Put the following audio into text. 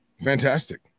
Fantastic